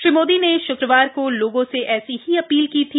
श्री मोदी ने श्क्रवार को लोगों से ऐसी ही अपील की थी